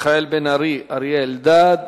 מיכאל בן-ארי, אריה אלדד.